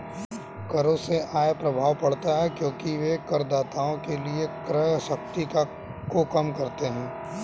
करों से आय प्रभाव पड़ता है क्योंकि वे करदाताओं के लिए क्रय शक्ति को कम करते हैं